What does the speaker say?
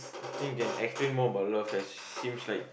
I think you can explain more about love as seems like